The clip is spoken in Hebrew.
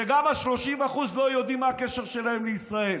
וגם ה-30% לא יודעים מה הקשר שלהם לישראל.